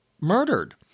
murdered